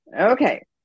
Okay